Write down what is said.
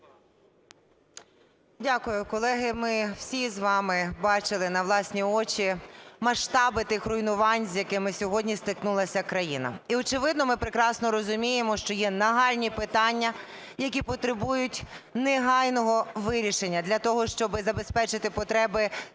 Дякую. Колеги, ми всі з вами бачили на власні очі масштаби тих руйнувань, з якими сьогодні стикнулася країна. І, очевидно, ми прекрасно розуміємо, що є нагальні питання, які потребують негайного вирішення для того, щоби забезпечити потреби